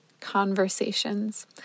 conversations